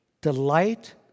Delight